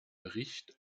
bericht